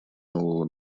нового